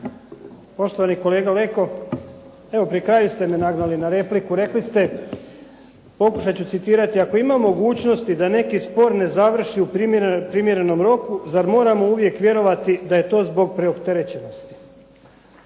Poštovani kolega Leko, evo pri kraju ste me nagnali na repliku. Rekli ste pokušat ću citirati: “Ako ima mogućnosti da neki spor ne završi u primjerenom roku zar moramo uvijek vjerovati da je to zbog preopterećenosti.“